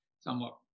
somewhat